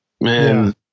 man